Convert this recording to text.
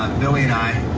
um billy and i,